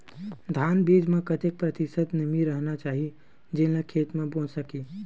धान बीज म कतेक प्रतिशत नमी रहना चाही जेन ला खेत म बो सके?